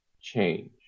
change